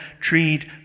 treat